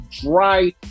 dry